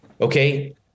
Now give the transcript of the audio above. Okay